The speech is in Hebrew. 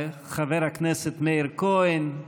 חבר הכנסת מאיר כהן,